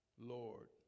Lord